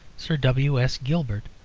sir w s. gilbert,